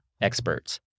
experts